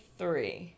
three